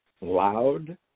loud